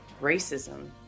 racism